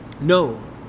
no